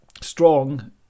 strong